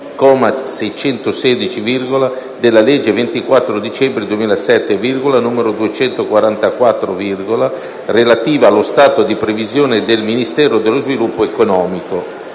comma 616, della legge 24 dicembre 2007, n. 244, relativo allo stato di previsione del Ministero dello sviluppo economico".